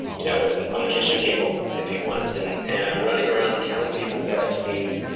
you know and on the kitchen table, if you want. and and i'm running around telling people what i've seen,